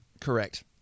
Correct